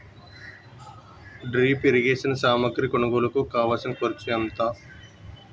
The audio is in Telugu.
డ్రిప్ ఇరిగేషన్ సామాగ్రి కొనుగోలుకు కావాల్సిన ఖర్చు ఎంత